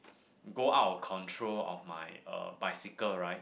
go out of control of my uh bicycle ride